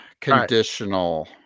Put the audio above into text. conditional